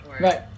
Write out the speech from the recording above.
Right